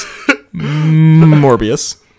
Morbius